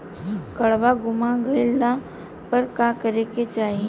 काडवा गुमा गइला पर का करेके चाहीं?